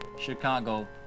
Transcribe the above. Chicago